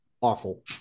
Awful